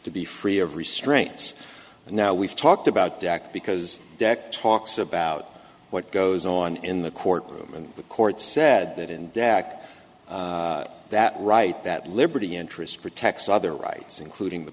to be free of restraints and now we've talked about jack because dec talks about what goes on in the courtroom and the court said that in dak that right that liberty interest protects other rights including the